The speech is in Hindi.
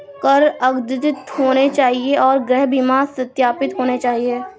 कर अद्यतित होने चाहिए और गृह बीमा सत्यापित होना चाहिए